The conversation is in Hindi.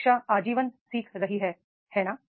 शिक्षा आजीवन सीख रही है है ना